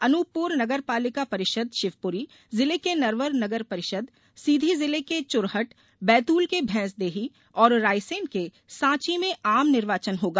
अनुपपुर नगरपालिका परिषद शिवपुरी जिले के नरवर नगर परिषद सीधी जिले के चुरहट बैतुल के भैंसदेही और रायसेन के साँची में आम निर्वाचन होगा